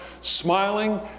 smiling